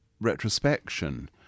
retrospection